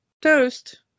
toast